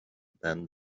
than